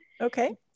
okay